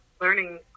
learning